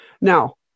Now